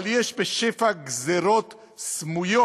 אבל יש בשפע גזירות סמויות,